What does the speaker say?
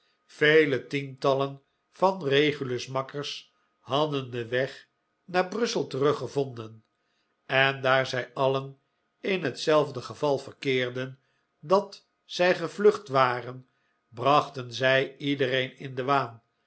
vele tientallen van regulus makkers hadden den weg naar brussel terug gevonden en daar zij alien in hetzelfde geval verkeerden dat zij gevlucht waren brachten zij iedereen in den waan